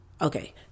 Okay